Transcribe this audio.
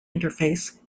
interface